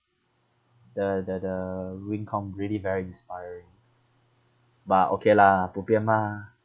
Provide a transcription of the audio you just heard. the the the wing comm really very inspiring but okay lah bo bian mah